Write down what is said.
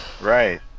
Right